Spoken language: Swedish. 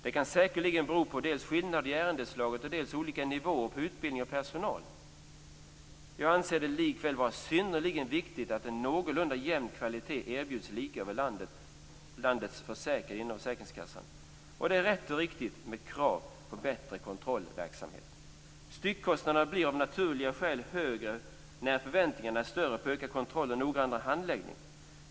Det kan säkerligen bero på dels skillnader i ärendeslag, dels olika nivåer på utbildning av personal. Jag anser det likväl vara synnerligen viktigt att en någorlunda jämn kvalitet erbjuds lika bland landets försäkrade inom försäkringskassan. Det är rätt och riktigt med krav på bättre kontrollverksamhet. Styckkostnaderna blir av naturliga skäl högre när förväntningarna är större på ökad kontroll och noggrannare handläggning.